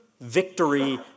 victory